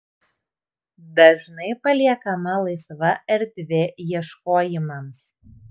dažnai paliekama laisva erdvė ieškojimams